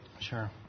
Sure